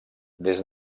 des